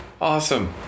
Awesome